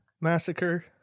Massacre